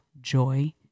joy